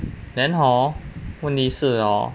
then hor 问题是 hor